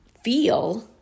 feel